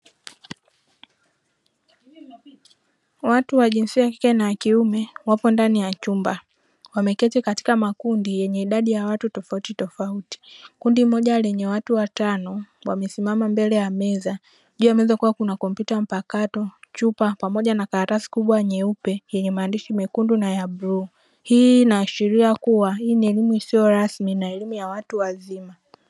Watu wa jinsia ya kike na ya kiume wapo ndani ya chumba, wameketi katika makundi yenye idadi ya watu tofauti tofauti kundi moja lenye watu watano wamesimama mbele ya meza, juu ya meza kukiwa na kompyuta mpakato chupa pamoja na karatasi kubwa nyeupe yenye maandishi mekundu na ya bluu hii inaashiria kuwa hii ni elimu isiyo rasmi na elimu ya watu wazima.